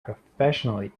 professionally